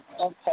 Okay